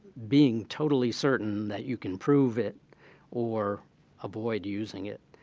being totally certain that you can prove it or avoid using it.